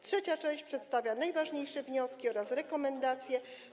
Trzecia część przedstawia najważniejsze wnioski oraz rekomendacje.